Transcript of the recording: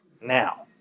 now